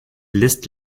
list